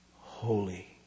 holy